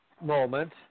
moment